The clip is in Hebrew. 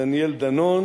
דניאל דנון